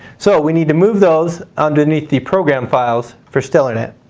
so we need to move those underneath the program files for stellarnet.